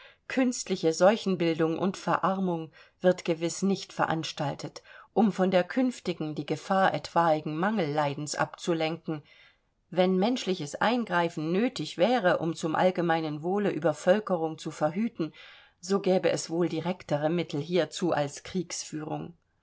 künstliche seuchenbildung und verarmung wird gewiß nicht veranstaltet um von der künftigen die gefahr etwaigen mangelleidens abzulenken wenn menschliches eingreifen nötig wäre um zum allgemeinen wohle übervölkerung zu verhüten so gäbe es wohl direktere mittel hierzu als kriegführung